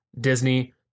Disney